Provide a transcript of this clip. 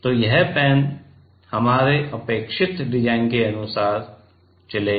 तो यह पेन हमारे अपेक्षित डिज़ाइन के अनुसार चलेगा